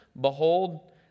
Behold